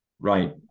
right